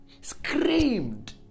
screamed